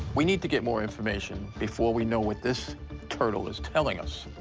we need to get more information before we know what this turtle is telling us.